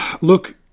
Look